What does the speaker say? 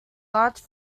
large